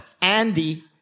Andy